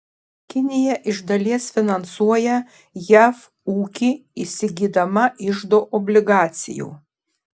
kinija iš dalies finansuoja jav ūkį įsigydama iždo obligacijų